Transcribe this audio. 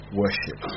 worship